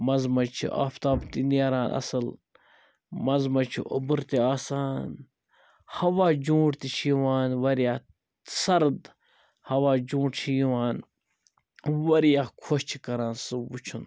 مَنٛزٕ مَنٛزٕ چھِ آفتاب تہِ نیران اَصٕل مَنٛزٕ مَنٛزٕ چھِ اوٚبُر تہِ آسان ہَوا جونٛٹ تہِ چھ یِوان وایاہ سرٕد ہَوا جونٛٹ چھ یِوان واریاہ خۄش چھُ کَران سُہ وٕچھُن